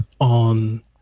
on